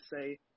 say